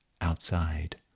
Outside